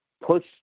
push